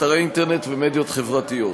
אתרי אינטרנט ומדיות חברתיות.